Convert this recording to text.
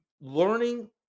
learning